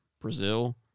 Brazil